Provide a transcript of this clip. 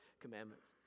commandments